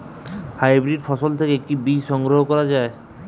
Hybrid ফসল থেকে কি বীজ সংগ্রহ করা য়ায়?